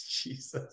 Jesus